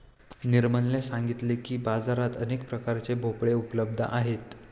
निर्मलने सांगितले की, बाजारात अनेक प्रकारचे भोपळे उपलब्ध आहेत